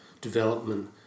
development